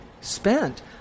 spent